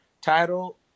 title